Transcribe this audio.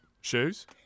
shoes